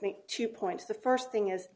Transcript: think two points the first thing is